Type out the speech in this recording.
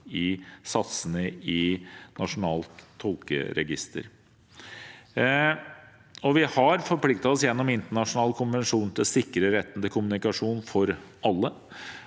i satsene i nasjonalt tolkeregister. Vi har forpliktet oss gjennom internasjonale konvensjoner til å sikre retten til kommunikasjon for alle.